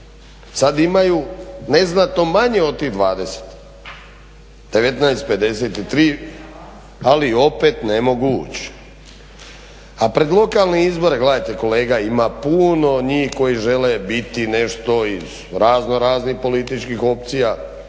sada imaju neznatno manje od tih 20, 19,53 ali opet ne mogu ući. A pred lokalne izbore gledajte kolega ima puno njih koji žele biti nešto iz raznoraznih političkih opcija.